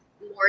more